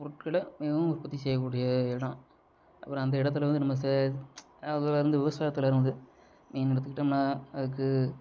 பொருட்களை மிகவும் உற்பத்தி செய்யக்கூடிய இடம் அப்புறம் அந்த இடத்துல வந்து நம்ம சே அதில் அந்த விவசாயத்தில் இருந்து மெயின் எடுத்துகிட்டம்னால் அதுக்கு